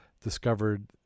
discovered